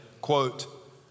quote